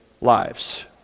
lives